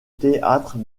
théâtre